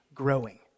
growing